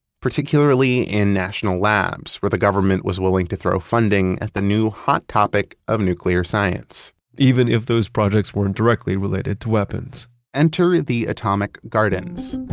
particularly in national labs where the government was willing to throw funding at the new hot topic of nuclear science even if those projects weren't directly related to weapons enter the atomic gardens,